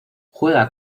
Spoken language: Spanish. juega